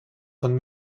von